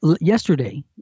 Yesterday